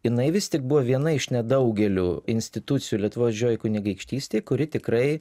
jinai vis tik buvo viena iš nedaugelių institucijų lietuvos didžiojoj kunigaikštystėj kuri tikrai